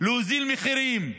להוריד מחירים,